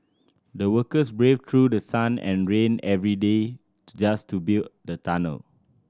the workers braved through sun and rain every day just to build the tunnel